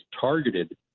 targeted